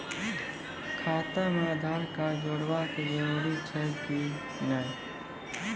खाता म आधार कार्ड जोड़वा के जरूरी छै कि नैय?